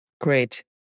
Great